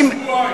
שבועיים.